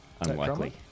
Unlikely